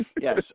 Yes